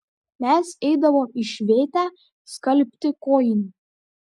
mes eidavom į švėtę skalbti kojinių